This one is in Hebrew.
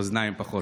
אוזניים פחות.